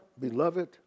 beloved